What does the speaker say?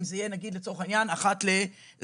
אם זה יהיה נגיד לצורך העניין, אחת לרבעון.